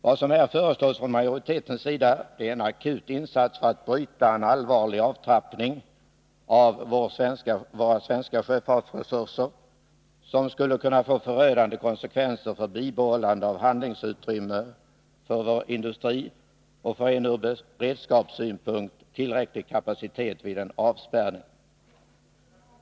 Vad som här föreslås från majoritetens sida är en akut insats för att bryta en allvarlig avtrappning av våra svenska sjöfartsresurser, som skulle få förödande konsekvenser för bibehållande av handlingsutrymme för vår industri och en ur beredskapssynpunkt tillräcklig kapacitet vid en avspärrning.